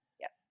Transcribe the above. yes